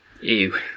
Ew